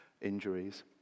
injuries